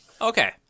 Okay